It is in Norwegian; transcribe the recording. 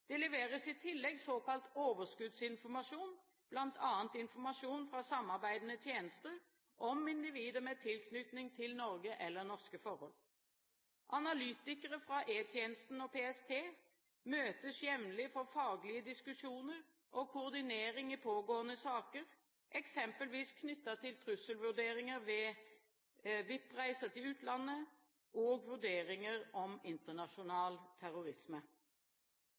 Det leveres i tillegg såkalt overskuddsinformasjon, bl.a. informasjon fra samarbeidende tjenester om individer med tilknytning til Norge eller norske forhold. Analytikere fra E-tjenesten og PST møtes jevnlig for faglige diskusjoner og koordinering i pågående saker, eksempelvis knyttet til trusselvurderinger ved VIP-reiser til utlandet og vurderinger om internasjonal terrorisme.